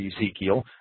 Ezekiel